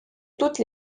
toutes